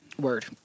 Word